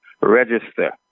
register